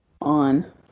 on